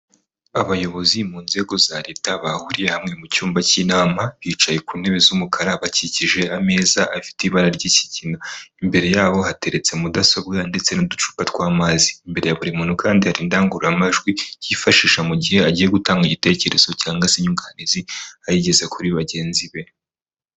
Aayobozi mu Nzego za Leta bahuriye hamwe mu cyumba k'inama, bicaye ku ntebe z'umukara bakikije ameza afite ibara ry'ikigina; imbere yabo hateretse mudasobwa ndetse n'uducupa tw'amazi, imbere ya buri muntu kandi hari indangururamajwi yifashisha mu gihe agiye gutanga igitekerezo cyangwa se inyunganizi, ayigeza kuri bagenzi be.